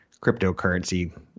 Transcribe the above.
cryptocurrency